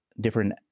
different